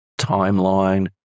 timeline